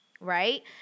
Right